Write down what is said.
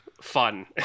fun